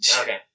Okay